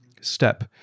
step